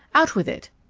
out with it.